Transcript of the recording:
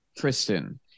Kristen